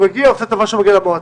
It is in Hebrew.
שעושה טובה שהוא מגיע למועצה.